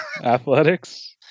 athletics